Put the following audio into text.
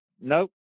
nope